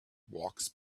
walks